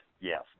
Yes